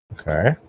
Okay